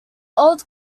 old